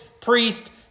priest